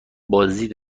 بازدید